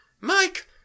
Mike